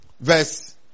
verse